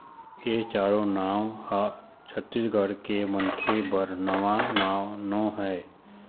ए चारो नांव ह छत्तीसगढ़ के मनखे बर नवा नांव नो हय